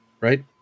Right